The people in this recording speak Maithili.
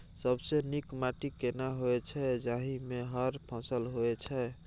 सबसे नीक माटी केना होय छै, जाहि मे हर फसल होय छै?